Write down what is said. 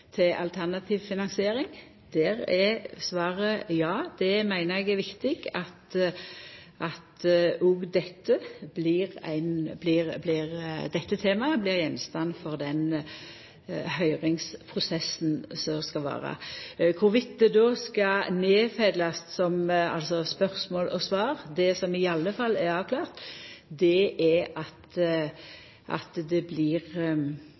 til alternativ finansiering. Der er svaret ja. Eg meiner det er viktig at òg dette temaet blir gjenstand for den høyringsprosessen som skal vera. Om det då skal bli nedfelt som spørsmål og svar: Det som i alle fall er avklart, er at det blir